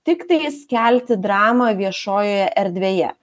tiktais kelti dramą viešojoje erdvėje